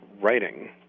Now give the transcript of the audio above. writing